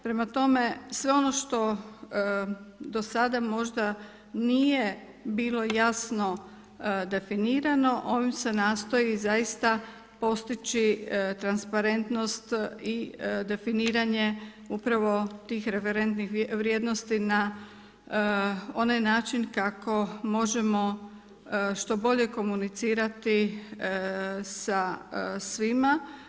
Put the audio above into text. Prema tome, sve ono što do sada možda nije bilo jasno definirano, ovim se nastoji zaista postići transparentnost i definiranje upravo tih referentnih vrijednosti na onaj način kako možemo što bolje komunicirati sa svima.